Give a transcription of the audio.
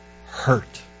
hurt